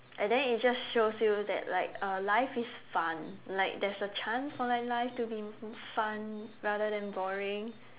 and then it just shows you that like uh life is fun like there is a chance for my life to be fun rather than boring